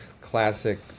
classic